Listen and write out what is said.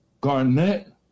Garnett